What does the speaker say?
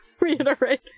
reiterate